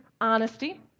honesty